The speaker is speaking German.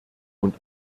und